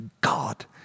God